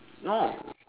no